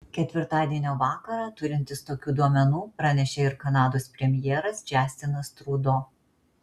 ketvirtadienio vakarą turintis tokių duomenų pranešė ir kanados premjeras džastinas trudo